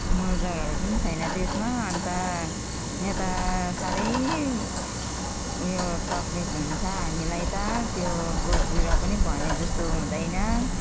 मलजलहरू पनि छैन त्यसमा अनि त यहाँ त साह्रै ऊ यो तकलिफ हामीलाई त त्यो बोट बिरुवा पनि भनेजस्तो हुँदैन